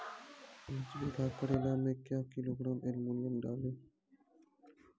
पाँच बीघा करेला मे क्या किलोग्राम एलमुनियम डालें?